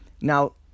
Now